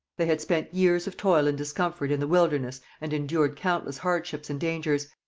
they had spent years of toil and discomfort in the wilderness and endured countless hardships and dangers.